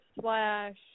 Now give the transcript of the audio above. slash